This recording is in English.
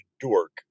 Dork